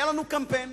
היה לנו קמפיין,